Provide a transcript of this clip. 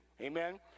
Amen